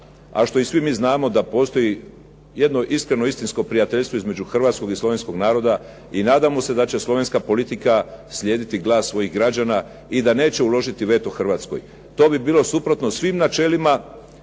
a što i mi svi znamo da postoji jedno iskreno istinsko prijateljstvo između Hrvatskog i Slovenskog naroda. I nadamo se da će slovenska politika slijediti glas svojih građana i da neće uložiti veto Hrvatskoj. To bi bilo suprotno svim načelima